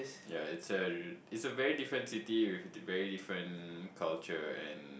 ya it's a it's a very different city with very different culture and